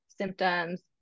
symptoms